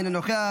אינו נוכח,